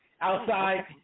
Outside